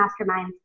masterminds